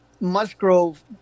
Musgrove